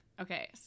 Okay